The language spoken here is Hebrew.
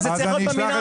זה צריך להיות במינהל.